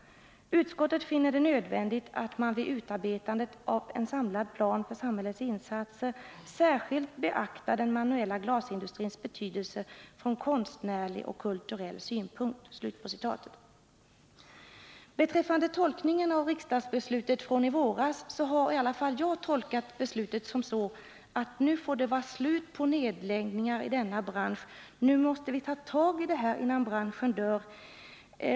Utskottet finner det nödvändigt att man vid utarbetandet av en samlad plan för samhällets insatser särskilt beaktar den manuella glasindustrins betydelse från konstnärlig och kulturell synpunkt.” Beträffande tolkningen av riksdagsbeslutet från i våras så har i alla fall jag tolkat beslutet som så, att det nu får vara slut på nedläggningar i denna bransch. Nu måste vi ta tag i det här innan branschen dör.